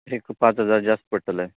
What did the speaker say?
एक पांच हजार जास्त पडटले